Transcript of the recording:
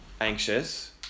anxious